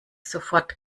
sofort